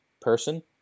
person